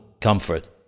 comfort